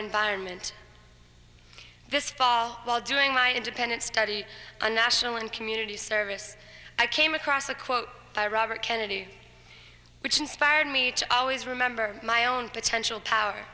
environment this fall while doing my own independent study a national and community service i came across a quote by robert kennedy which inspired me to always remember my own potential power